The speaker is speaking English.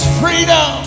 freedom